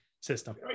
system